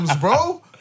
bro